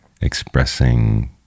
expressing